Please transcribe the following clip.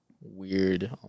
weird